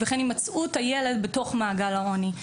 וכן הימצאות הילד בתוך מעגל העוני.